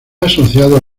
asociado